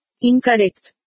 Incorrect